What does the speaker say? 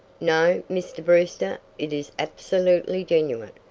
no, mr. brewster, it is absolutely genuine.